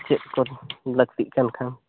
ᱪᱮᱫ ᱠᱚ ᱞᱟᱹᱠᱛᱤ ᱠᱟᱱ ᱠᱷᱟᱱ